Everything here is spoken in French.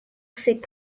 ces